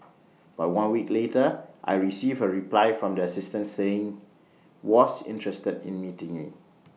but one week later I received A reply from the assistant saying was interested in meeting me